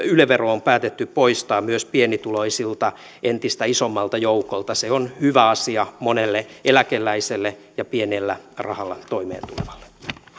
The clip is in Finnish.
yle vero on päätetty poistaa myös pienituloisilta entistä isommalta joukolta se on hyvä asia monelle eläkeläiselle ja pienellä rahalla toimeentulevalle